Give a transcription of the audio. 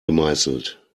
gemeißelt